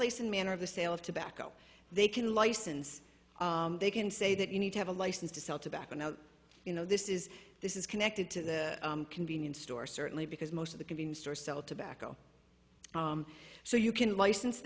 place and manner of the sale of tobacco they can license they can say that you need to have a license to sell tobacco now you know this is this is connected to the convenience store certainly because most of the convenience stores sell tobacco so you can license